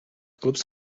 clubs